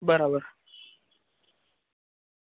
બરાબર